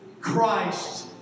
Christ